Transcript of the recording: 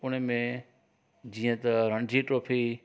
हुन में जीअं त रणजी ट्रोफी